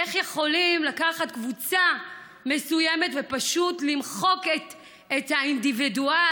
איך יכולים לקחת קבוצה מסוימת ופשוט למחוק את האינדיבידואל,